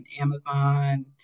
Amazon